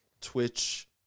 Twitch